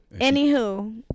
Anywho